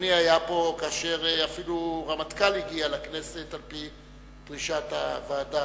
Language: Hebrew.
שאדוני היה פה כאשר אפילו רמטכ"ל הגיע לכנסת על-פי דרישת הוועדה,